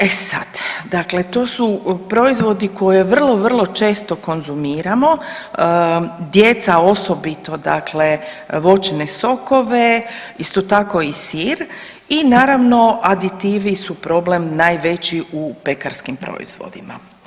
E sad, dakle to su proizvodnji koje vrlo, vrlo često konzumiramo, djeca osobito dakle voćne sokove, isto tako i sir i naravno, aditivi su problem najveći u pekarskim proizvodima.